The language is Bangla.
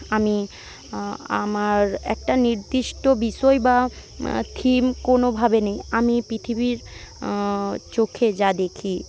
আমি আমার একটা নির্দিষ্ট বিষয় বা থিম কোনোভাবে নেই আমি পৃথিবীর চোখে যা দেখি